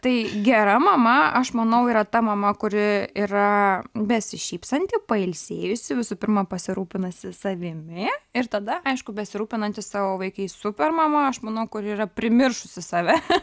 tai gera mama aš manau yra ta mama kuri yra besišypsanti pailsėjusi visų pirma pasirūpinusi savimi ir tada aišku besirūpinanti savo vaikais supermama aš manau kur yra primiršusi save